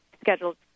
scheduled